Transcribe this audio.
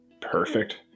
Perfect